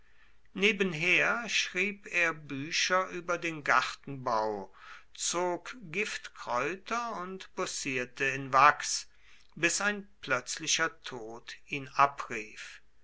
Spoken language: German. nebenher schrieb er bücher über den gartenbau zog giftkräuter und bossierte in wachs bis ein plötzlicher tod ihn abrief